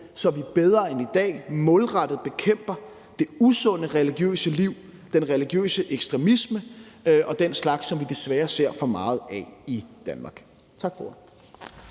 så vi bedre end i dag målrettet bekæmper det usunde religiøse liv og religiøs ekstremisme – den slags, vi desværre ser for meget af i Danmark. Tak for